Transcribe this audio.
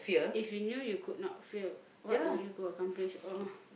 if you knew you could not fail what would you go accomplish oh